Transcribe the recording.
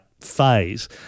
phase